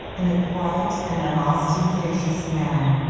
in a quiet and unostentatious manner.